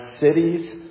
cities